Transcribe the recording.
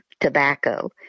tobacco